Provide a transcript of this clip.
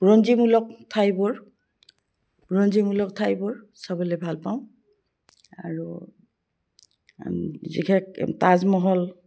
বুৰঞ্জীমূলক ঠাইবোৰ বুৰঞ্জীমূলক ঠাইবোৰ চবলৈ ভালপাওঁ আৰু বিশেষ তাজমহল